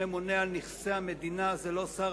מי שממונה על נכסי המדינה זה לא שר